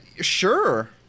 Sure